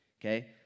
Okay